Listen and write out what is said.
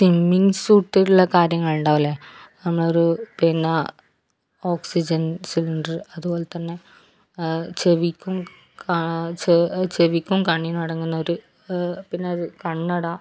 swimming സൂട്ടുള്ള കാര്യങ്ങളുണ്ടാവില്ലേ നമ്മളൊരു പിന്നെ ഓക്സിജൻ സിലിണ്ടർ അതുപോലെത്തന്നെ ചെവിക്കും ചെവിക്കും കണ്ണിനും അടങ്ങുന്ന ഒരു പിന്നൊരു കണ്ണട